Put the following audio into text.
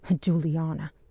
Juliana